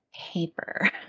paper